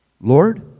Lord